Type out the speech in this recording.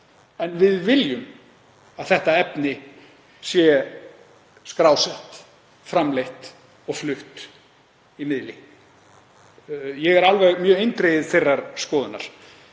En við viljum að þetta efni sé skrásett, framleitt og flutt í miðli, ég er mjög eindregið þeirrar skoðunar.